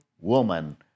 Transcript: woman